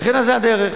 וכן, על זה הדרך,